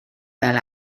fel